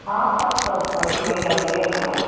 हा सभु सभु बढ़ि बढ़िया बढ़िया कमु आहे